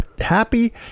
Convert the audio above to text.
Happy